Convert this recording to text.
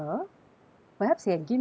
perhaps you can give me your card